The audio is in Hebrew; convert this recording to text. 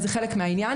זה חלק מהעניין.